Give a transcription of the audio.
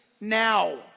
now